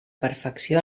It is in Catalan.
perfecció